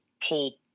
pull